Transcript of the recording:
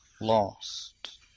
lost